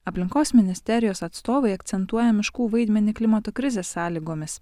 aplinkos ministerijos atstovai akcentuoja miškų vaidmenį klimato krizės sąlygomis